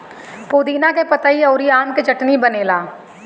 पुदीना के पतइ अउरी आम के चटनी बनेला